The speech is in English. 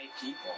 people